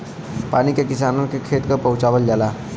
पानी के किसान के खेत तक पहुंचवाल जाला